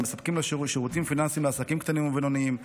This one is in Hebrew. הם מספקים שירותים פיננסיים לעסקים קטנים ובינוניים,